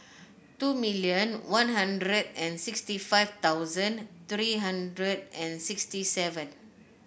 two million One Hundred and sixty five thousand three hundred and sixty seven